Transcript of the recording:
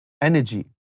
energy